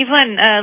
Evelyn